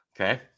Okay